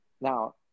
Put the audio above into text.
Now